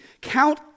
count